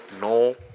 no